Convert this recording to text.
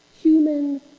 human